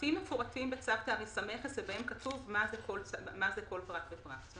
הפרטים מפורטים בצו תעריף המכס ובהם כתוב מה זה כל פרט ופרט.